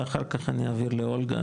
ואחר כך אני אעביר לאולגה,